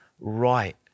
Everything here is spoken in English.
right